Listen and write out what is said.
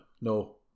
No